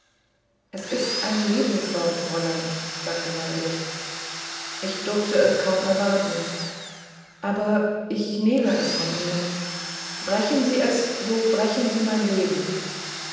es ist ein lebenswort fräulein sagte waldrich ich durfte es kaum erwarten aber ich nehme es von ihnen brechen sie es so brechen sie mein leben